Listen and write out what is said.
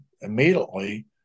immediately